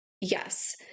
Yes